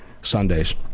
Sundays